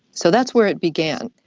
so that's where it began.